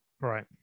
Right